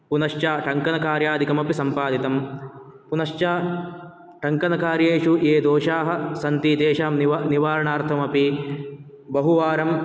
पुनश्च टङ्कनकार्यादिकमपि सम्पादितम् पुनश्च टङ्कनकार्येषु ये दोषाः सन्ति तेषां नीवा निवारणार्थमपि बहुवारं